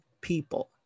people